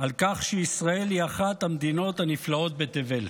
על כך שישראל היא אחת המדינות הנפלאות בתבל,